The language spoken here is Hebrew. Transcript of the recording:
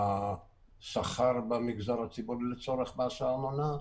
השכר במגזר הציבורי לצורך מס הארנונה?